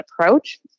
approach